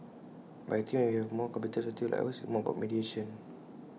but I think when we have A more complicated society like ours it's more about mediation